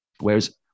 Whereas